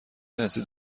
جنسی